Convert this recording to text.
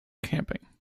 camping